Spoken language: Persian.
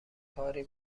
کاری